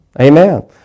Amen